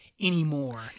anymore